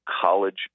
college